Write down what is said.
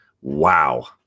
Wow